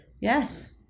yes